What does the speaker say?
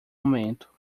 momento